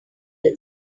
this